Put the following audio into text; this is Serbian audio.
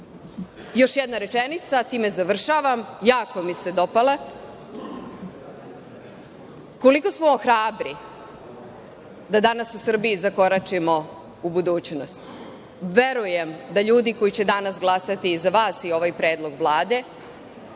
jedna rečenica, time završavam, jako mi se dopala. Koliko smo hrabri da danas u Srbiji zakoračimo u budućnost. Verujem da ljudi koji će danas glasati za vas i ovaj predlog Vlade